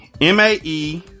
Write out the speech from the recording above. M-A-E